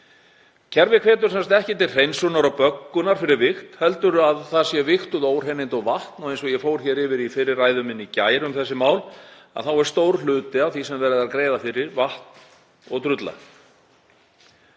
Kerfið hvetur ekki til hreinsunar og böggunar fyrir vigt heldur að það séu vigtuð óhreinindi og vatn. Eins og ég fór yfir í fyrri ræðu minni í gær um þessi mál er stór hluti af því sem verið er að greiða fyrir vatn og drulla.